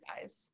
guys